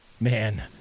man